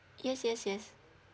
yes yes yes